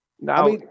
Now